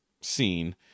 scene